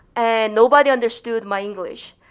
and nobody understood my english.